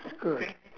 it's good